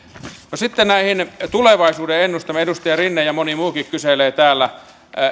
sitten näihin tulevaisuuden ennustamisiin edustaja rinne ja moni muukin kyselee täällä